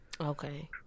Okay